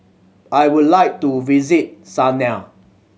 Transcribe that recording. I would like to visit Sanaa